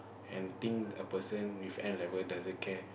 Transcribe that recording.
and think a person with N-level doesn't care